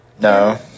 No